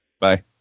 Bye